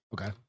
Okay